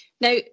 Now